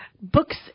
books